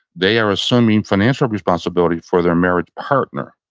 they are assuming financial responsibility for their married partner.